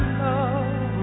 love